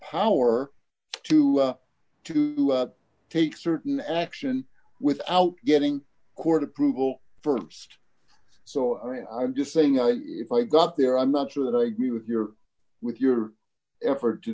power to to take certain action without getting court approval st so i mean i'm just saying i if i got there i'm not sure that i agree with your with your effort to